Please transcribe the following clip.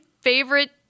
favorite